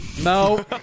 no